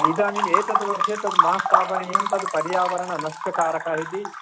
इदानीम् एतद् वर्षे तद् मा स्थापनीयं तद् पर्यावरणनष्टकारकः इति